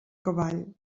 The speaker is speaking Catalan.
cavall